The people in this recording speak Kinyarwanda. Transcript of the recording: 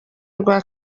rwa